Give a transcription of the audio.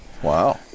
Wow